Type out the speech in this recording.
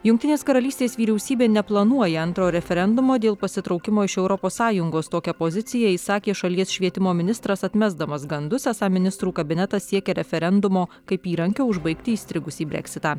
jungtinės karalystės vyriausybė neplanuoja antro referendumo dėl pasitraukimo iš europos sąjungos tokią poziciją išsakė šalies švietimo ministras atmesdamas gandus esą ministrų kabinetas siekia referendumo kaip įrankio užbaigti įstrigusį breksitą